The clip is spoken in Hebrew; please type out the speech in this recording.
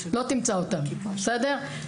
לא תמצא אותן, בסדר?